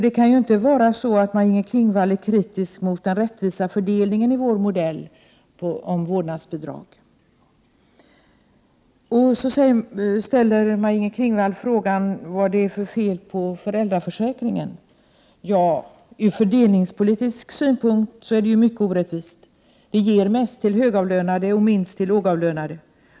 Det kan väl inte vara så att Maj-Inger Klingvall är kritisk mot den rättvisa fördelningen i vår modell med vårdnadsbidrag. Maj-Inger Klingvall ställer frågan vad det är för fel på föräldraförsäkringen. Ja, ur fördelningspolitisk synpunkt är den mycket orättvis, därför att den ger mest till högavlönade och minst till lågavlönade.